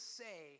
say